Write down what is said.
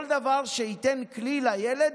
כל דבר שייתן כלי לילד,